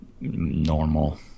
normal